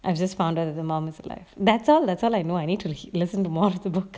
I've just found out that the mom is alive that's all that's all I know I need to listen to more of the book